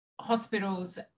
hospitals